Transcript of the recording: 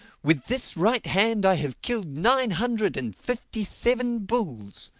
with this right hand i have killed nine hundred and fifty-seven bulls.